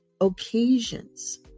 occasions